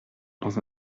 dans